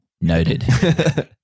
Noted